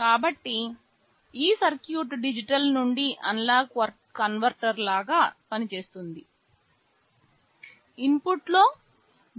కాబట్టి ఈ circuit digital నుండి అనలాగ్ కన్వర్టర్ లాగా పనిచేస్తుంది ఇన్పుట్లో